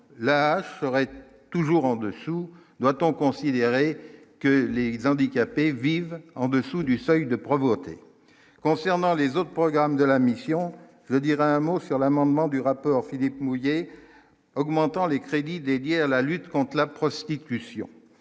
la seraient toujours en dessous, notons considéré que les handicapés vivent en-dessous du seuil de provoquer concernant les autres programmes de la mission, je veux dire un mot sur l'amendement du rapport Philippe mouillée augmentant les crédits dédiés à la lutte contre la prostitution,